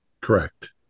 Correct